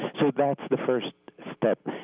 so that's the first step.